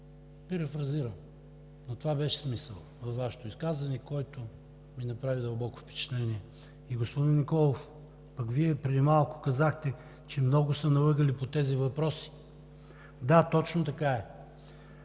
перифразирам, но това беше смисълът във Вашето изказване, който ми направи дълбоко впечатление. Господин Николов, Вие преди малко казахте, че много са ни лъгали по тези въпроси. Да, точно така е.